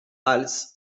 hals